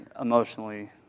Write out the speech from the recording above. emotionally